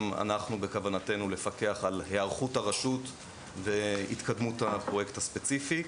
וגם אנחנו בכוונתנו לפקח על היערכות הרשות והתקדמות הפרויקט הספציפי.